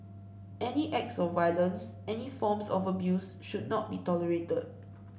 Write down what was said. any acts of violence any forms of abuse should not be tolerated